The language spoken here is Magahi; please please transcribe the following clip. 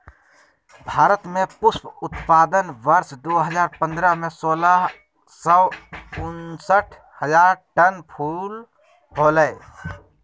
भारत में पुष्प उत्पादन वर्ष दो हजार पंद्रह में, सोलह सौ उनसठ हजार टन फूल होलय